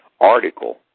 article